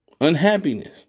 unhappiness